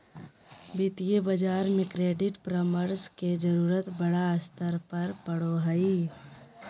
वित्तीय बाजार में क्रेडिट परामर्श के जरूरत बड़ा स्तर पर पड़ो हइ